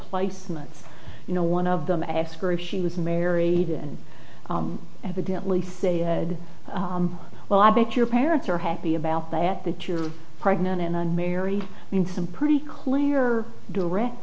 placements you know one of them asked her if she was married and evidently said well i bet your parents are happy about that that you're pregnant and unmarried in some pretty clear direct